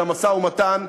של המשא-ומתן,